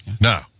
Now